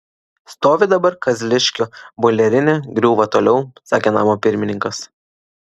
stovi dabar kazliškio boilerinė griūva toliau sakė namo pirmininkas